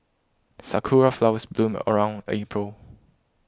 sakura flowers bloom around April